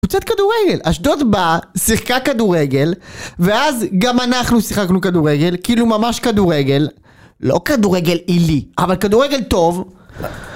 קבוצת כדורגל, אשדוד בה, שיחקה כדורגל, ואז גם אנחנו שיחקנו כדורגל, כאילו ממש כדורגל. לא כדורגל עילי, אבל כדורגל טוב.